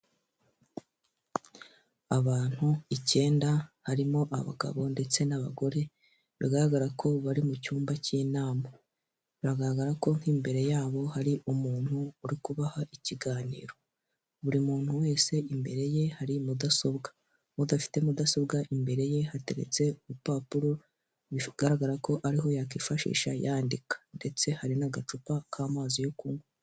Abantu icyenda harimo abagabo ndetse n'abagore, bigaragara ko bari mu cyumba cy'inama. Biragaragara ko nk'imbere yabo hari umuntu uri kubaha ikiganiro. Buri muntu wese imbere ye hari mudasobwa. Udafite mudasobwa imbere ye hateretse urupapuro, bigaragara ko ariho yakwifashisha yandika ndetse hari n'agacupa k'amazi yo kunywa.